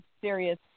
serious